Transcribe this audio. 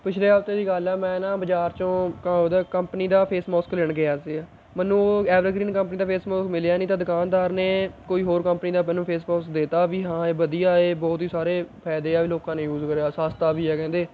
ਪਿਛਲੇ ਹਫਤੇ ਦੀ ਗੱਲ ਹੈ ਮੈਂ ਨਾ ਬਾਜ਼ਾਰ 'ਚੋਂ ਉਹਦਾ ਕੰਪਨੀ ਦਾ ਫੇਸ ਮੋਸਕ ਲੈਣ ਗਿਆ ਸੀਗਾ ਮੈਨੂੰ ਉਹ ਐਵਰਗ੍ਰੀਨ ਕੰਪਨੀ ਦਾ ਫੇਸ ਮੋਕਸ ਮਿਲਿਆ ਨਹੀਂ ਤਾਂ ਦੁਕਾਨਦਾਰ ਨੇ ਕੋਈ ਹੋਰ ਕੰਪਨੀ ਦਾ ਮੈਨੂੰ ਫੇਸ ਮੋਕਸ ਦੇ ਤਾ ਵੀ ਹਾਂ ਇਹ ਵਧੀਆ ਹੈ ਬਹੁਤ ਹੀ ਸਾਰੇ ਫਾਇਦੇ ਆ ਲੋਕਾਂ ਨੇ ਯੂਜ਼ ਕਰਿਆ ਸਸਤਾ ਵੀ ਆ ਕਹਿੰਦੇ